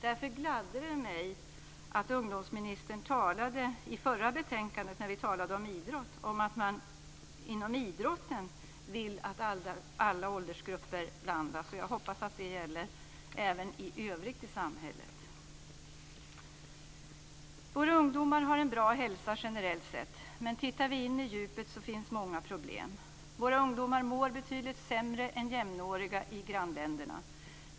Därför gladde det mig att ungdomsministern när vi diskuterade det förra betänkandet, om idrott, talade om att man inom idrotten vill att alla åldersgrupper blandas. Jag hoppas att det även gäller samhället i övrigt. Våra ungdomar har generellt sett en god hälsa. Men tittar vi på djupet finns många problem. Våra ungdomar mår betydligt sämre än jämnåriga i grannländerna.